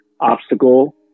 obstacle